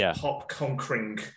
pop-conquering